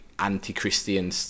anti-christian